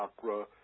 chakra